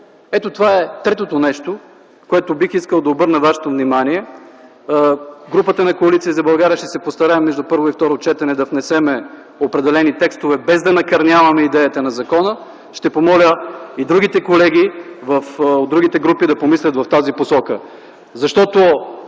Ето, това е третото нещо, на което бих искал да обърна вашето внимание. Парламентарната група на Коалиция за България ще се постарае между първо и второ четене да внесе определени текстове без да накърняваме идеята на закона. Ще помоля и другите колеги от другите парламентарните групи да помислят в тази посока. Защото